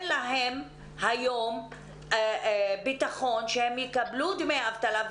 להם היום ביטחון שהם יקבלו דמי אבטלה.